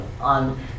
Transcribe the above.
on